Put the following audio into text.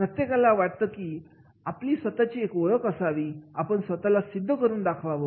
प्रत्येकाला वाटतं की आपली स्वतःची एक ओळख असावी आपण स्वतःला सिद्ध करून दाखवावं